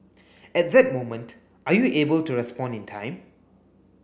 at that moment are you able to respond in time